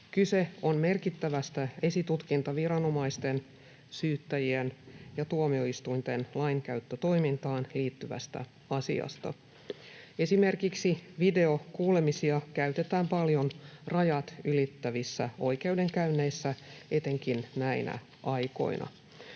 Kyse on merkittävästä esitutkintaviranomaisten, syyttäjien ja tuomioistuinten lainkäyttötoimintaan liittyvästä asiasta. Esimerkiksi videokuulemisia käytetään paljon rajat ylittävissä oikeudenkäynneissä, etenkin näinä aikoina.